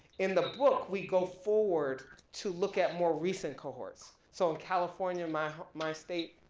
in the book we go forward to look at more recent cohorts. so in california, my my state,